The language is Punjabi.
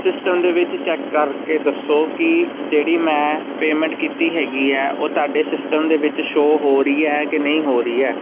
ਸਿਸਟਮ ਦੇ ਵਿੱਚ ਚੈੱਕ ਕਰਕੇ ਦੱਸੋ ਕਿ ਜਿਹੜੀ ਮੈਂ ਪੇਮੈਂਟ ਕੀਤੀ ਹੈਗੀ ਹੈ ਉਹ ਤੁਹਾਡੇ ਸਿਸਟਮ ਦੇ ਵਿੱਚ ਸ਼ੋਅ ਹੋ ਰਹੀ ਹੈ ਕਿ ਨਹੀਂ ਹੋ ਰਹੀ ਹੈ